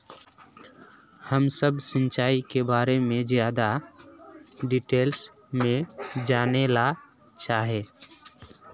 हम सब सिंचाई के बारे में ज्यादा डिटेल्स में जाने ला चाहे?